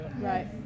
Right